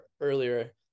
earlier